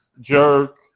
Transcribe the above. jerk